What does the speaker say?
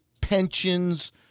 pensions